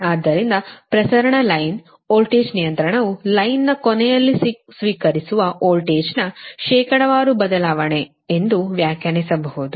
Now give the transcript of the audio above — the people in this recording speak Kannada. ಆದ್ದರಿಂದ ಪ್ರಸರಣ ಲೈನ್ ವೋಲ್ಟೇಜ್ ನಿಯಂತ್ರಣವು ರೇಖೆಯ ಕೊನೆಯಲ್ಲಿ ಸ್ವೀಕರಿಸುವ ವೋಲ್ಟೇಜ್ನ ಶೇಕಡಾವಾರು ಬದಲಾವಣೆ ಎಂದು ವ್ಯಾಖ್ಯಾನಿಸಬಹುದು